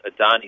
Adani